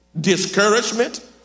discouragement